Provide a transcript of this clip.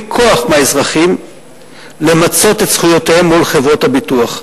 כוח מהאזרחים למצות את זכויותיהם מול חברות הביטוח.